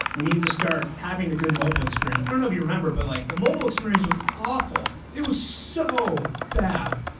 we needed to start having a good mobile experience. i don't know if you remember, but like the mobile experience was awful. it was so bad.